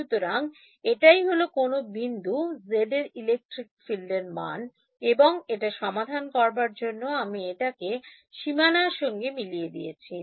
সুতরাং এটাই হলো কোন বিন্দু Z এ electric field এর মান এবং এটা সমাধান করবার জন্য আমি এটাকে সীমানার সঙ্গে মিলিয়ে দিয়েছি